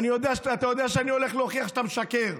ואתה יודע שאני הולך להוכיח שאתה משקר,